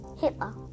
Hitler